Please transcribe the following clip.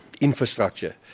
infrastructure